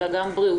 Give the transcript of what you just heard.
אלא גם בריאותיות.